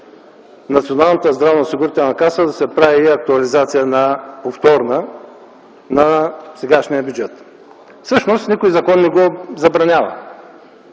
Националната здравноосигурителна каса да се прави повторна актуализация на сегашния бюджет. Всъщност никой закон не го забранява.